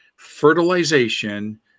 Fertilization